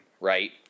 right